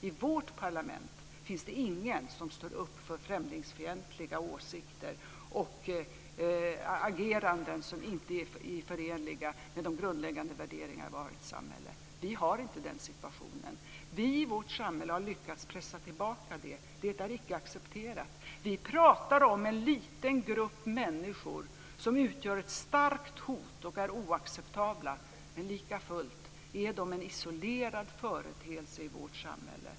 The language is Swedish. I vårt parlament finns det ingen som står upp för främlingsfientliga åsikter och ageranden som inte är förenliga med de grundläggande värderingar vi har i vårt samhälle. Vi har inte den situationen. Vi i vårt samhälle har lyckats pressa tillbaks det. Det är icke accepterat. Vi pratar om en liten grupp människor som utgör ett starkt hot och är oacceptabel, men likafullt är den en isolerad företeelse i vårt samhälle.